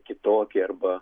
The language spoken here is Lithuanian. kitokį arba